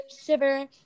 Shiver